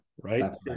right